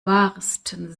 wahrsten